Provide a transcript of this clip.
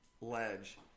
ledge